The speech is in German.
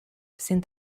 sind